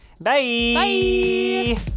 Bye